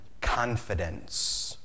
confidence